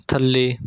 ਥੱਲੇ